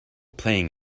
playing